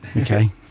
Okay